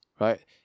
right